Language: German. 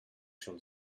schon